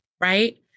right